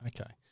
Okay